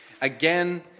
again